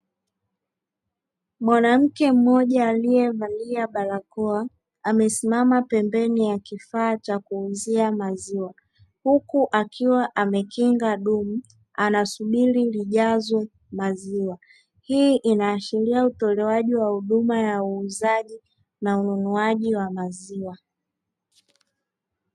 Mwanamke mmoja aliyevalia barakoa amesimama pembeni ya kifaa cha kuuzia maziwa, huku akiwa amekinga dumu anasubiri lijazwe maziwa hii inaashiria utoalewaji wa huduma ya uuzaji na ununuaji wa maziwa.